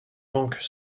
manquent